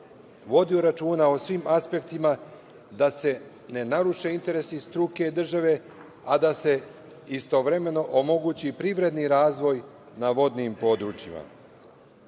vodio računa o svim aspektima da se ne naruše interesi struke i države, a da se istovremeno omogući i privredni razvoj na vodnim područjima.U